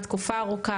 תקופה ארוכה,